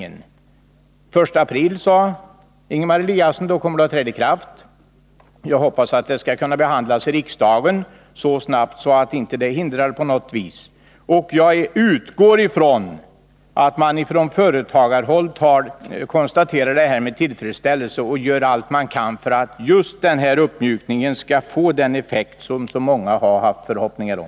Den 1 april, sade Ingemar Eliasson, kommer reglerna att träda i kraft. Jag hoppas att förslaget kommer att kunna behandlas i riksdagen så snabbt att inte riksdagsbehandlingen på något vis blir ett hinder. Jag utgår ifrån att man från företagarhåll konstaterar detta med tillfredsställelse och gör allt man kan för att den här uppmjukningen skall få just den effekt som så många har haft förhoppningar om.